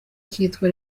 cyitwa